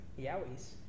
Yowie's